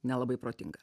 nelabai protinga